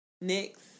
Next